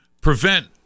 prevent